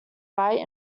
right